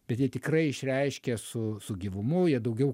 bet jie tikrai išreiškė su su gyvumu jie daugiau